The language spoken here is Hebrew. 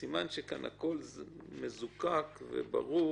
סימן שהכול כאן מזוקק וברור